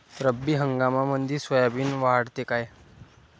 रब्बी हंगामामंदी सोयाबीन वाढते काय?